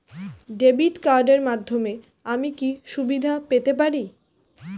Debit কার্ডের মাধ্যমে আমি কি কি সুবিধা পেতে পারি?